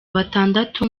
batandatu